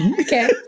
Okay